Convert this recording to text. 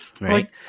right